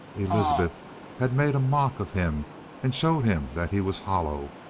elizabeth had made a mock of him and shown him that he was hollow,